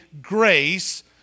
grace